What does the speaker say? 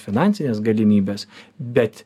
finansines galimybes bet